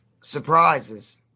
surprises